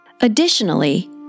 Additionally